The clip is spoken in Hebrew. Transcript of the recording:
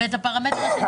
והרמטרים,